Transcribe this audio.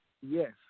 Yes